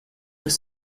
los